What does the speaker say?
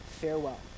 Farewell